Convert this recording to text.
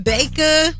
Baker